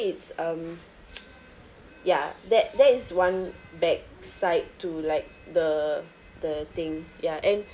it's um ya that that is one bad sight to like the the thing ya and